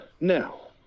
Now